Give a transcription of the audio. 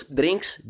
drinks